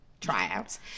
tryouts